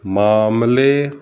ਮਾਮਲੇ